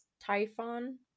typhon